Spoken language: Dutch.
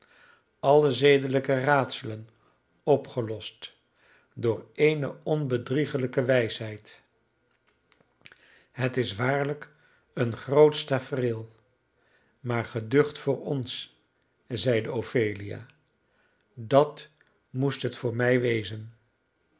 alle zedelijke raadselen opgelost door eene onbedriegelijke wijsheid het is waarlijk een grootsch tafereel maar geducht voor ons zeide ophelia dat moest het voor mij wezen